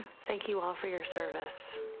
thank you all for your service.